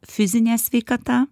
fizinė sveikata